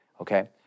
Okay